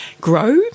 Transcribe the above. grow